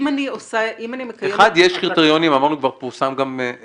יש קריטריונים, אמרנו כבר, פורסם גם חוזר.